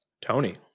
Tony